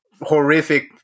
horrific